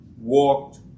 walked